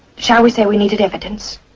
shall we say we needed evidence?